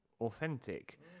authentic